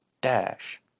Dash